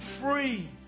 free